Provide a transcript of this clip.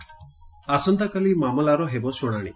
ଆସନ୍ତାକାଲି ମାମଲାର ହେବ ଶ୍ରଶାଣି